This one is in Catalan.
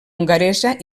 hongaresa